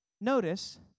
Notice